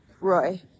Roy